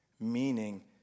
Meaning